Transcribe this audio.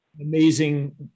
amazing